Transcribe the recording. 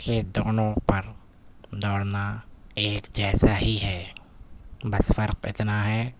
کہ دونوں پر دوڑنا ایک جیسا ہی ہے بس فرق اتنا ہے